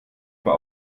aber